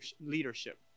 leadership